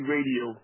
Radio